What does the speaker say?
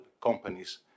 companies